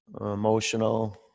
emotional